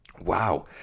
wow